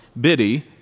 Biddy